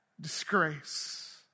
disgrace